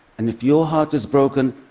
and if your heart is broken,